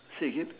say again